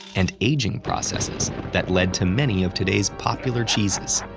and aging processes that led to many of today's popular cheeses.